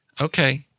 Okay